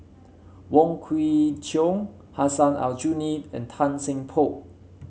Wong Kwei Cheong Hussein Aljunied and Tan Seng Poh